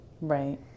Right